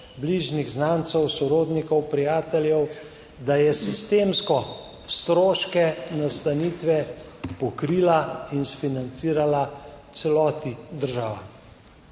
bližnjih znancev, sorodnikov, prijateljev, da je sistemsko stroške nastanitve pokrila in financirala v celoti država.